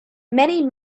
many